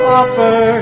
offer